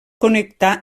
connectar